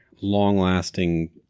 long-lasting